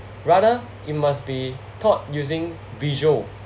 rather it must be taught using visual